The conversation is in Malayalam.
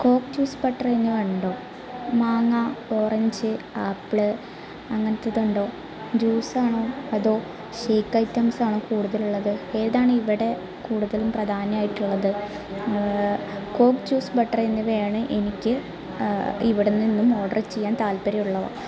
കോക്ക് ജ്യൂസ് ബട്ടർ എന്നിവയുണ്ടോ മാങ്ങ ഓറഞ്ച് ആപ്പിൾ അങ്ങനത്തേത് ഉണ്ടോ ജ്യൂസ് ആണോ അതോ ഷെയ്ക്ക് ഐറ്റംസ് ആണോ കൂടുതൽ ഉള്ളത് ഏതാണ് ഇവിടെ കൂടുതലും പ്രധാനം ആയിട്ടുള്ളത് കോക്ക് ജ്യൂസ് ബട്ടർ എന്നിവയാണ് എനിക്ക് ഇവിടെനിന്നും ഓർഡർ ചെയ്യാൻ താൽപ്പര്യം ഉള്ളവ